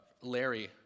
Larry